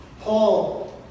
Paul